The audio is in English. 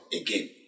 again